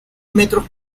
metros